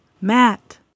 Matt